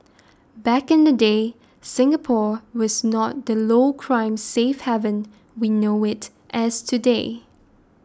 back in the day Singapore was not the low crime safe haven we know it as today